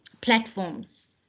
platforms